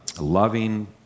loving